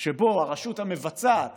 שבו הרשות המבצעת